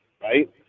right